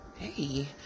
Hey